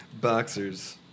Boxers